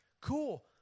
cool